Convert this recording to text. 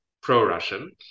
pro-Russian